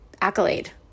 accolade